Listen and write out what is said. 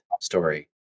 story